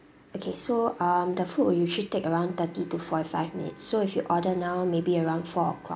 okay so um the food will usually take around thirty to forty five minutes so if you order now maybe around four o'clock